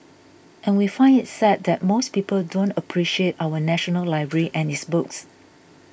and we find it sad that most people don't appreciate our national library and its books